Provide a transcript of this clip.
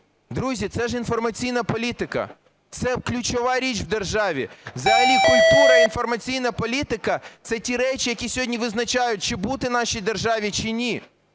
Друзі, це ж інформаційна політика, це ключова річ у державі. Взагалі культура та інформаційна політика – це ті речі, які сьогодні визначають, чи бути нашій державі чи ні.